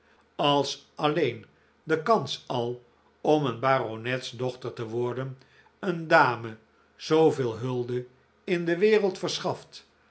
als alleen de kans al om een baronetsdochter te worden een dame zooveel hulde in de wereld verschaft